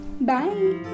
bye